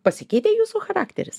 pasikeitė jūsų charakteris